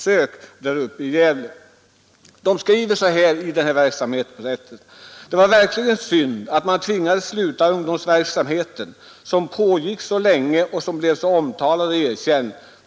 Så här skriver man i verksamhetsberättelsen: ”Det var verkligen synd att man tvingades flytta ungdomsverksamheten, som pågick så länge och som blev så omtalad och erkänd.